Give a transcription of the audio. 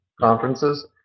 conferences